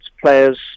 players